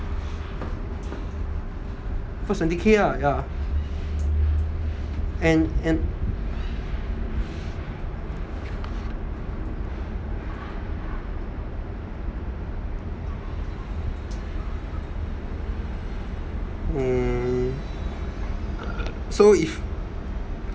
first twenty K lah ya and and hmm so if